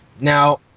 Now